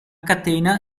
catena